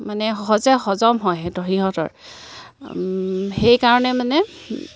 মানে হজম হয় সিহঁতৰ সেইকাৰণে মানে